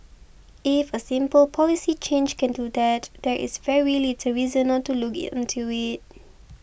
if a simple policy change can do that there is very little reason not to look into it